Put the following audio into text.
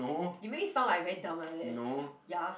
you make me sound like I very dumb like that ya